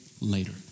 later